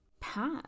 path